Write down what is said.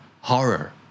horror